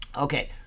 Okay